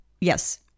yes